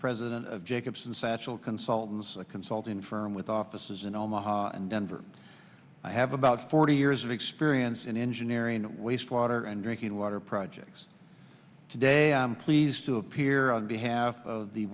president of jacobson satchel consultants a consulting firm with offices in omaha and denver i have about forty years of experience in engineering waste water and drinking water projects today i'm pleased to appear on behalf of the